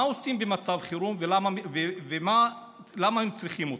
מה עושים במצב חירום ולמה צריך אותו?